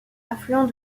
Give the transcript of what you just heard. affluent